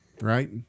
Right